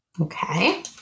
Okay